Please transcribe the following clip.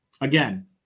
Again